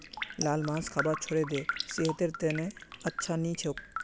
लाल मांस खाबा छोड़े दे सेहतेर त न अच्छा नी छोक